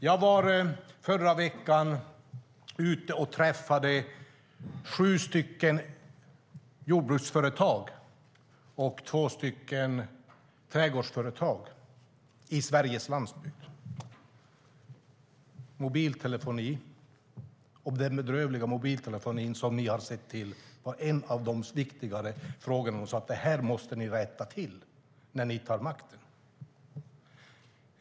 Jag var i förra veckan ute och träffade sju stycken jordbruksföretag och två stycken trädgårdsföretag på Sveriges landsbygd. Mobiltelefoni, den bedrövliga mobiltelefoni som ni har sett till, var en av de viktigare frågorna. De sade: Det här måste ni rätta till när ni tar makten.